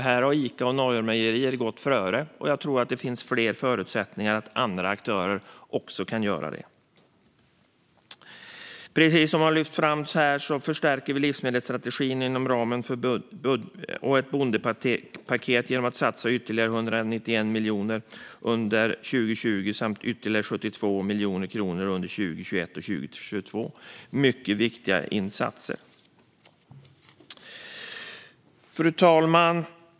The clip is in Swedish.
Här har Ica och Norrmejerier gått före, och jag tror att det finns förutsättningar för att fler aktörer kan göra det. Precis som har lyfts fram här förstärker vi livsmedelsstrategin inom ramen för ett bondepaket genom att satsa ytterligare 191 miljoner kronor under 2020 samt ytterligare 72 miljoner under 2021 och 2022. Det är mycket viktiga insatser. Fru talman!